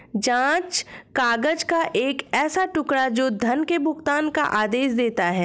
जाँच काग़ज़ का एक ऐसा टुकड़ा, जो धन के भुगतान का आदेश देता है